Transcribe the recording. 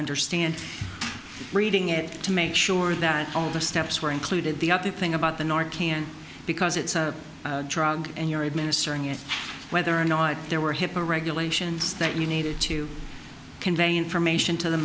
understand reading it to make sure that all the steps were included the other thing about the north can because it's a drug and you're administering it whether or not there were hipaa regulations that you needed to convey information to the